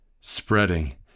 spreading